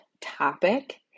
topic